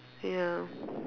ya